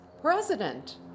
president